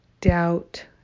doubt